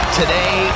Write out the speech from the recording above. today